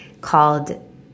called